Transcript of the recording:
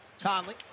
Conley